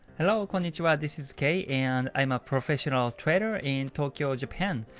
hello, konnichiwa. this is kei and i am a professional trader in tokyo, japan.